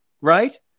right